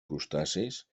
crustacis